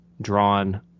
drawn